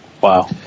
Wow